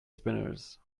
spinners